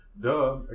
duh